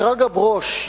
שרגא ברוש,